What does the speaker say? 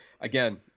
Again